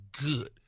good